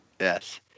Yes